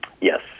Yes